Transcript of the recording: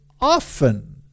often